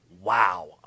wow